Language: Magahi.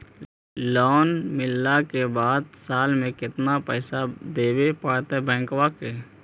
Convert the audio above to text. लोन मिलला के बाद साल में केतना पैसा देबे पड़तै बैक के?